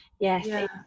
yes